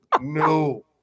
no